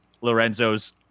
Lorenzo's